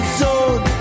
zone